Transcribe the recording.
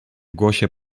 głosie